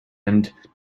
and